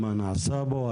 מה נעשה בו,